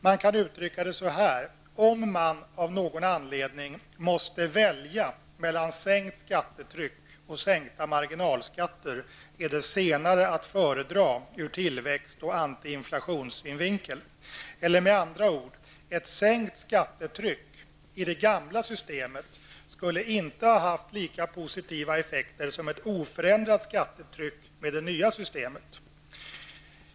Man kan uttrycka det så här: Om man av någon anledning måste välja mellan sänkt skattetryck och sänkta marginalskatter, är det senare att föredra ur tillväxt och antiinflationssynvinkel. Eller med andra ord: Ett sänkt skattetryck i det gamla systemet skulle inte ha haft lika positiva effekter som ett oförändrat skattetryck med det nya systemet.